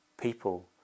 people